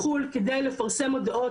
שיש להם איך לקבל את הכספים.